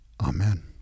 Amen